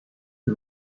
que